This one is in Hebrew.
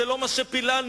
זה לא מה שפיללנו,